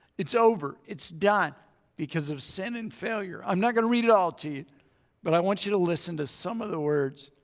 it's over, it's done because of sin and failure. i'm not gonna read it all to you but i want you to listen to some of the words.